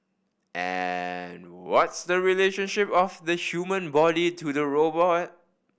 and what's the relationship of the human body to the robot